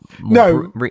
no